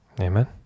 Amen